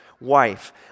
wife